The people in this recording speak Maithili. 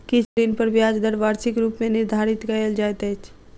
किछ ऋण पर ब्याज दर वार्षिक रूप मे निर्धारित कयल जाइत अछि